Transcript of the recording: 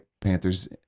Panthers